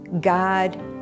God